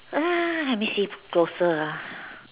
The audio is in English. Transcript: ah let me see closer ah